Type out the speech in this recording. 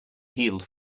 healed